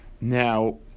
Now